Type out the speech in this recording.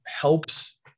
helps